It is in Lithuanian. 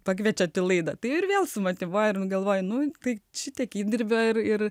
pakviečiau laidą tai ir vėl sumotyvuoja ir nu galvoji nu tai šitiek įdirbio ir ir